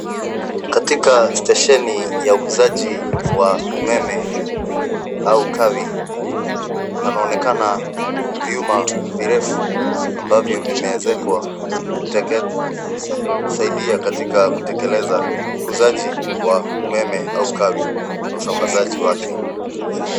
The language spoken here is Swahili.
Katika stesheni ya ukuzaji wa umeme au kawi, panaonekana vyuma virefu ambavyo vimeezekwa kusaidia katika kutekeleza ukuzaji wa umeme au kawi na usambazaji wake.